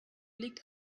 liegt